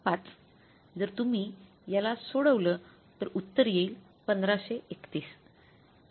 जर तुम्ही याला सोडवलं तर उत्तर १५३१ येईल